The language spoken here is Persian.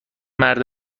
مرد